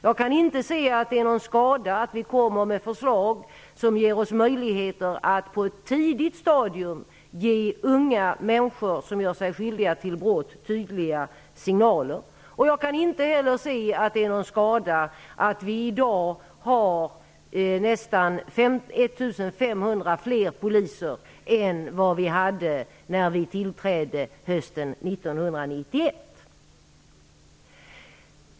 Jag kan inte inse att det är någon skada att vi kommer med förslag som gör det möjligt att på ett tidigt stadium ge unga människor som gör sig skyldiga till brott tydliga signaler. Jag kan heller inte inse att det är någon skada att det i dag finns nästan 1 500 fler poliser än vad som fanns då vi tillträdde hösten 1991.